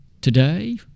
Today